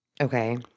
Okay